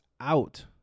out